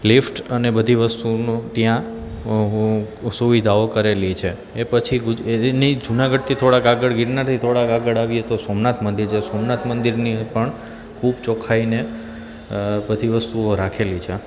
lift અને બધી વસ્તુનું ત્યાં સુવિધાઓ કરેલી છે એ પછી એની જુનાગઢથી થોડાક આગળ ગિરનારથી થોડાક આગળ આવીએ તો સોમનાથ મંદિર છે સોમનાથ મંદિરની પણ ખૂબ ચોક્ખાઈને બધી વસ્તુઓ રાખેલી છે